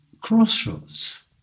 crossroads